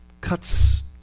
cuts